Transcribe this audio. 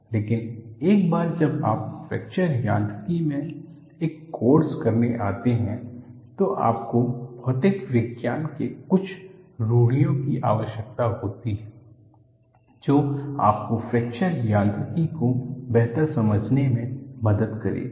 लेकिन एक बार जब आप फ्रैक्चर यांत्रिकी में एक कोर्स करने आते हैं तो आपको भौतिक विज्ञान से कुछ रूढ़ियों की आवश्यकता होती है जो आपको फ्रैक्चर यांत्रिकी को बेहत समझने में मदद करेगी